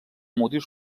motius